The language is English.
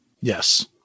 Yes